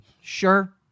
Sure